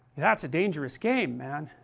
that's a dangerous game, man,